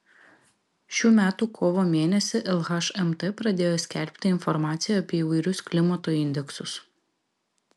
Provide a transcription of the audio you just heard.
šių metų kovo mėnesį lhmt pradėjo skelbti informaciją apie įvairius klimato indeksus